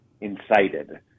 incited